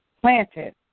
planted